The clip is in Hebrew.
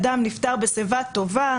אדם נפטר בשיבה טובה,